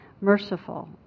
merciful